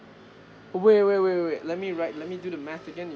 wait wait wait wait wait let me write let me do the math again